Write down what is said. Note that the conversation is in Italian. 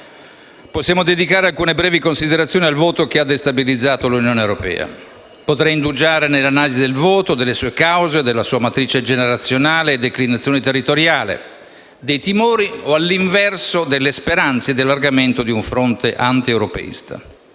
possiamo dedicare alcune brevi considerazioni al voto che ha destabilizzato l'Unione europea. Potrei indugiare nell'analisi del voto, delle sue cause, della sua matrice generazionale e declinazione territoriale, dei timori o, all'inverso, delle speranze di allargamento di un fronte antieuropeista;